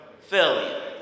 failure